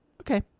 Okay